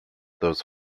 those